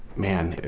man,